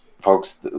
folks